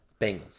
Bengals